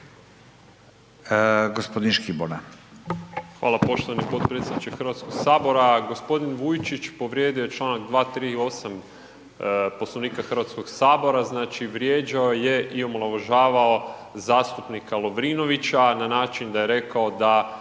Hvala poštovani podpredsjedniče Hrvatskog sabora.